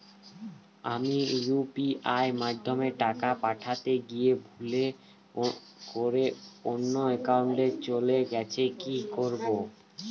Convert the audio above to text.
আমি ইউ.পি.আই মাধ্যমে টাকা পাঠাতে গিয়ে ভুল করে অন্য একাউন্টে চলে গেছে কি করব?